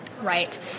Right